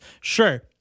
sure